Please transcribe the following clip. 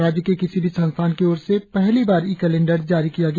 राज्य के किसी भी संस्थान की और से पहली बार ई कैलेंडर जारी किया गया